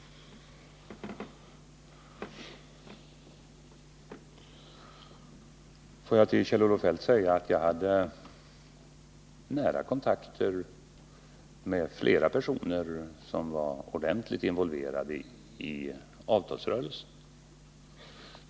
Får jag till Kjell-Olof Feldt säga att jag hade nära kontakter med flera personer som var ordentligt involverade i avtalsrörelsen.